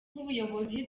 nk’ubuyobozi